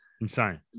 insane